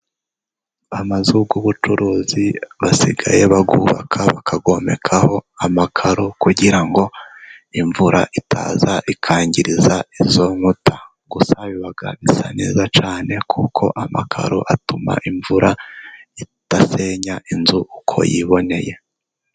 Amazu y'ubucuruzi basigaye bayubaka bakayomekaho amakaro, kugira ngo imvura itaza ikangiriza izo nkuta. Gusa biba bisa neza cyane kuko amakaro atuma imvura idasenya inzu uko yiboneye.